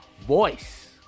voice